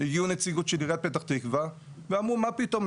הגיעו נציגים של עיריית פתח תקווה ואמרו: מה פתאום,